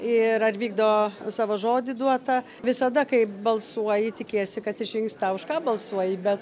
ir ar vykdo savo žodį duotą visada kai balsuoji tikiesi kad išeis tau už ką balsuoji bet